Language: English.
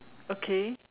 okay